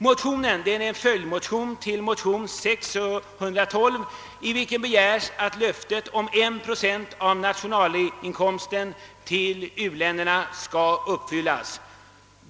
Motionen är en följdmotion till motion II: 612, i vilken begärs att löftet om att 1 procent av nationalinkomsten skall gå till u-länderna skall uppfyllas.